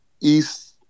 east